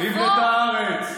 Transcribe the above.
" נבנתה הארץ.